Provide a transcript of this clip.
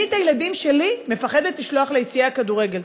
אני את הילדים שלי מפחדת לשלוח ליציעי הכדורגל.